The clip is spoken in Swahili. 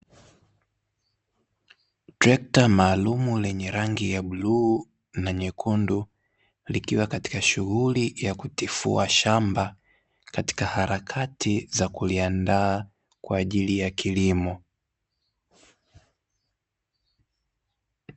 Trekta maalumu lenye rangi ya bluu na nyekundu, likiwa katika shughuli ya kutifua shamba, katika harakati za kuliandaa kwa ajili ya kilimo.